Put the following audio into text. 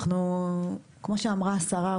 כמו שאמרה השרה,